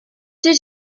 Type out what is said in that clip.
did